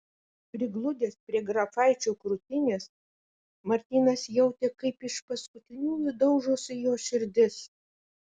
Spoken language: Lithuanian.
prigludęs prie grafaičio krūtinės martynas jautė kaip iš paskutiniųjų daužosi jo širdis